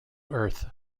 earth